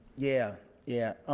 yeah yeah,